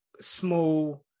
small